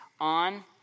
on